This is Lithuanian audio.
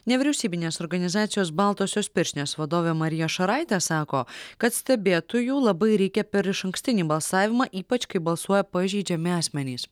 nevyriausybinės organizacijos baltosios pirštinės vadovė marija šaraitė sako kad stebėtojų labai reikia per išankstinį balsavimą ypač kai balsuoja pažeidžiami asmenys